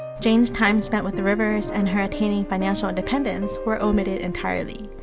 jane's time spent with the rivers and her attaining financial independence were omitted entirely.